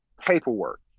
paperwork